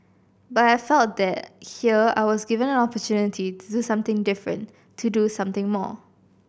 but I felt that here I was given an opportunity to do something different to do something more